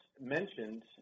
mentioned